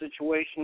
situation